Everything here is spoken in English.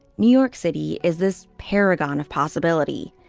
new york city is this paragon of possibility.